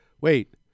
wait